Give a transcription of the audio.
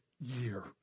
year